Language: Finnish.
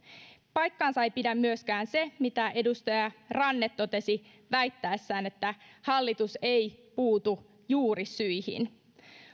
paikkaansa ei pidä myöskään se mitä edustaja ranne totesi väittäessään että hallitus ei puutu juurisyihin